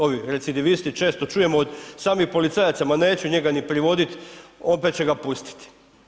Ovi recidivisti, često čujemo od samih policajaca, ma neću njega ni privoditi, opet će ga pustiti.